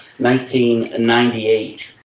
1998